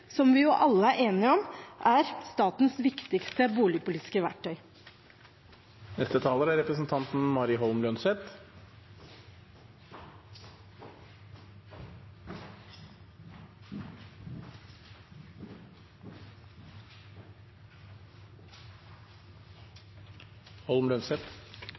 som vi jo alle er enige om er statens viktigste boligpolitiske verktøy. Det er